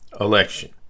election